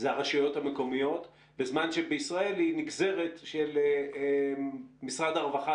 אלה הרשויות המקומיות בזמן שבישראל היא נגזרת של משרד הרווחה,